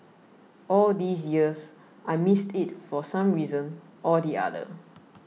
all these years I missed it for some reason or the other